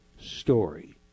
story